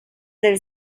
del